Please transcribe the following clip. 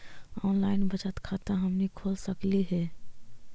Online बचत खाता हमनी खोल सकली हे?